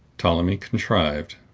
ptolemy contrived,